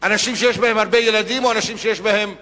אנשים שיש להם הרבה ילדים או אנשים קשישים,